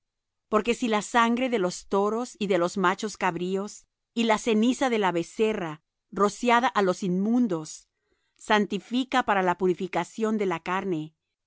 porque si la sangre de los toros y de los machos cabríos y la ceniza de la becerra rociada á los inmundos santifica para la purificación de la carne